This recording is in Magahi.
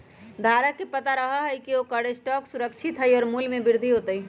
धारक के पता रहा हई की ओकर स्टॉक सुरक्षित हई और मूल्य में वृद्धि होतय